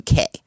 UK